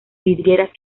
vidrieras